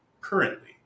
currently